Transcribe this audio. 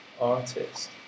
artist